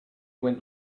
went